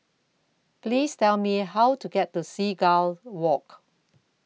Please Tell Me How to get to Seagull Walk